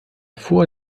vor